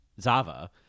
Zava